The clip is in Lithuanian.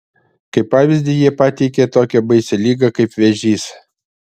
kaip pavyzdį jie pateikė tokią baisią ligą kaip vėžys